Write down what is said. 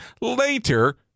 later